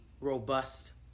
robust